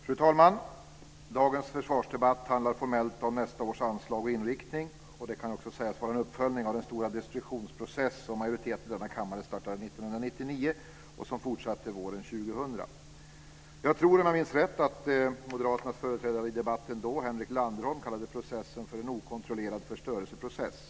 Fru talman! Dagens försvarsdebatt handlar formellt om nästa års anslag och inriktning. Det kan ju också sägas vara en uppföljning av den stora destruktionsprocess som majoriteten i denna kammare startade 1999 och fortsatte våren 2000. Jag tror, om jag minns rätt, att moderaternas företrädare i debatten då, Henrik Landerholm, kallade processen för "en okontrollerad förstörelseprocess".